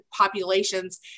populations